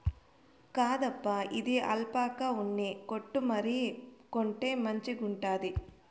కాదప్పా, ఇది ఆల్పాకా ఉన్ని కోటు మరి, కొంటే మంచిగుండాది